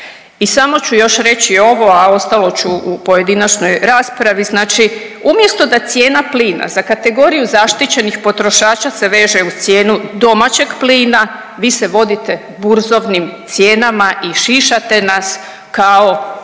I samo ću još reći ovo, a ostalo ću u pojedinačnoj raspravi, znači umjesto da cijena plina za kategoriju zaštićenih potrošača se veže uz cijenu domaćeg plina, vi se vodite burzovnim cijenama i šišate nas kao